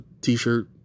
t-shirt